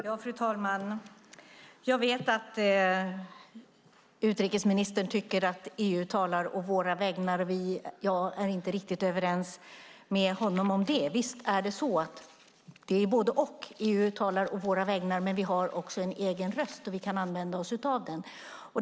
Fru talman! Jag vet att utrikesministern tycker att EU talar å våra vägnar. Jag är inte riktigt överens med honom om det. Det är både och. EU talar å våra vägnar, men vi har också en egen röst och kan använda oss av den.